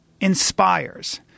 inspires